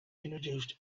introduced